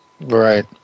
Right